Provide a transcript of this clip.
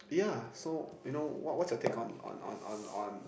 yeah so you know what what's your take on on on on